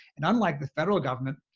and unlike the federal government,